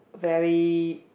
very